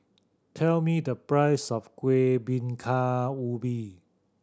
tell me the price of Kuih Bingka Ubi